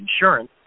insurance